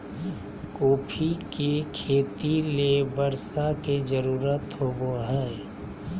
coffee के खेती ले बर्षा के जरुरत होबो हइ